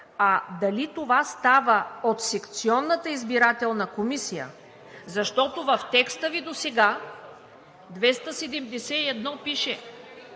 а дали това става от секционната избирателна комисия. Защото в текста Ви досега – чл.